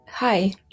Hi